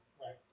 Right